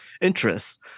interests